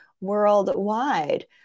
worldwide